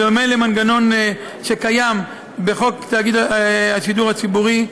בדומה למנגנון שקיים בחוק תאגיד השידור הציבורי,